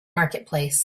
marketplace